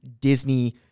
Disney